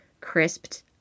crisped